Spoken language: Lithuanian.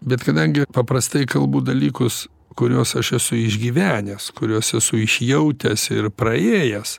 bet kadangi paprastai kalbu dalykus kuriuos aš esu išgyvenęs kuriuos esu išjautęs ir praėjęs